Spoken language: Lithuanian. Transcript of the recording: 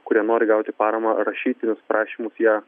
kurie nori gauti paramą rašytinius prašymus jie